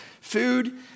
Food